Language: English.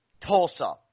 Tulsa